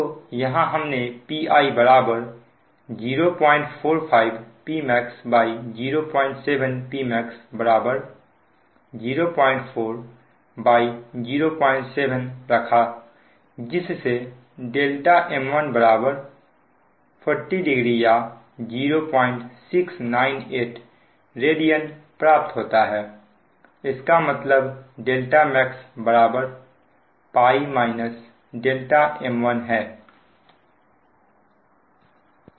तो यहां हमने Pi 045 Pmax07Pmax 0407 रखा जिस से m1 400 या 0698 रेडियन प्राप्त होता है इसका मतलब δmax π m1 है